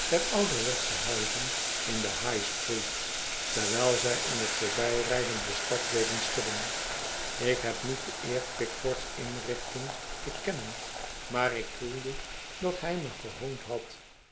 ouderwetsche huizen in de high-street terwijl zij in t voorbijrijden de stad deden schudden ik heb niet de eer pickford's inrichting te kennen maar ik voelde dat hij me gehoond had